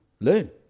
learn